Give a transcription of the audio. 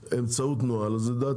אם זה מניח את הדעת,